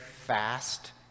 fast